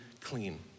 clean